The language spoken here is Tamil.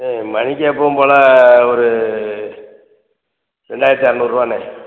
ஆ மணிக்கு எப்பவும் போல் ஒரு ரெண்டாயிரத்து அறுநூறுரூவாண்ணே